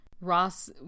Ross